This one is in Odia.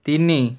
ତିନି